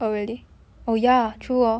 ya